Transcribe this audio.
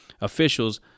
officials